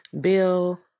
Bill